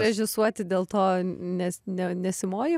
režisuoti dėl to nes ne nesimokei